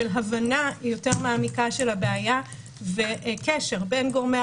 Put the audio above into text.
של הבנה יותר מעמיקה של הבעיה וקשר בין גורמי